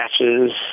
matches